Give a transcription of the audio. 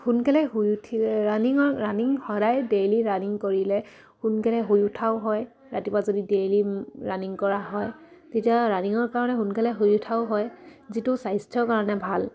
সোনকালে শুই উঠিলে ৰানিঙৰ ৰানিং সদায় ডেইলি ৰানিং কৰিলে সোনকালে শুই উঠাও হয় ৰাতিপুৱা যদি ডেইলি ৰানিং কৰা হয় তেতিয়া ৰানিঙৰ কাৰণে সোনকালে শুই উঠাও হয় যিটো স্বাস্থ্যৰ কাৰণে ভাল